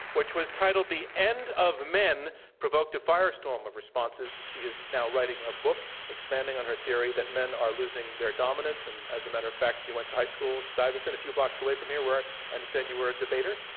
which was titled, the end of men, provoked a fire storm of responses. she is now writing a book expanding on her theory that men are losing their dominance. and as a matter of fact, she went to high school, and stuyvesant, a few blocks away from here where i understand you were a debater?